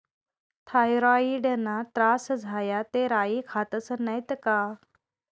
थॉयरॉईडना त्रास झाया ते राई खातस नैत का